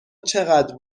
چقدر